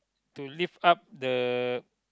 to lift up the